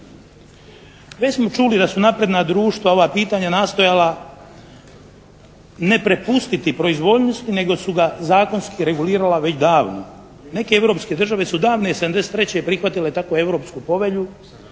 Već smo čuli da su napredna društva ova pitanja nastojala ne prepustiti proizvoljnosti nego su ga zakonski regulirala već davno. Neke europske države su davne 73. prihvatile takvu europsku Povelju